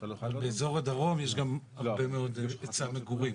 באזור הדרום יש גם הרבה מאוד היצע מגורים.